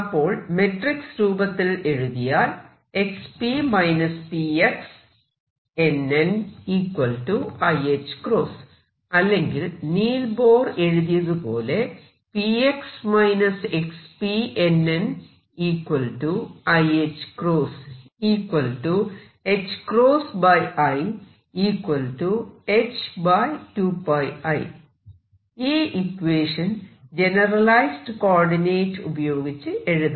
അപ്പോൾ മെട്രിക്സ് രൂപത്തിൽ എഴുതിയാൽ അല്ലെങ്കിൽ നീൽ ബോർ എഴുതിയത് പോലെ ഈ ഇക്വേഷൻ ജനറലൈസ്ഡ് കോർഡിനേറ്റ് ഉപയോഗിച്ച് എഴുതാം